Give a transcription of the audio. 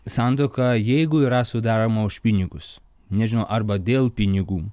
santuoka jeigu yra sudaroma už pinigus nežinau arba dėl pinigų